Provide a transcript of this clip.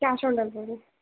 cash on delivery